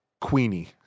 Queenie